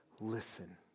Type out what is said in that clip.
listen